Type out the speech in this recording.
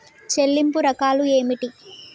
చెల్లింపు రకాలు ఏమిటి?